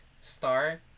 star